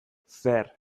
zer